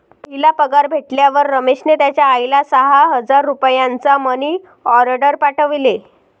पहिला पगार भेटल्यावर रमेशने त्याचा आईला सहा हजार रुपयांचा मनी ओर्डेर पाठवले